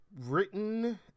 written